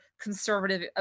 conservative